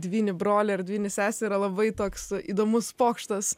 dvynį brolį ar dvynį sesę yra labai toks įdomus pokštas